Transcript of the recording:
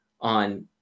on